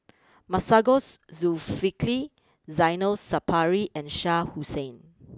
Masagos Zulkifli Zainal Sapari and Shah Hussain